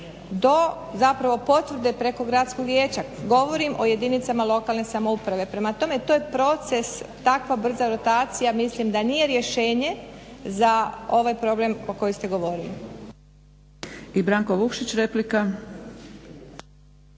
do zapravo potvrde preko gradskog vijeća, govorim o jedinicama lokalne samouprave. prema tome to je proces takva brza rotacija, mislim da nije rješenje za ovaj problem o kojem ste govorili. **Zgrebec, Dragica